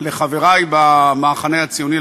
לחברי במחנה הציוני,